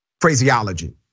phraseology